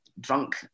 drunk